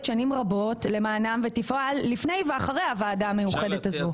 שנים רבות למענם ותפעל לפני ואחרי הוועדה המיוחדת הזאת.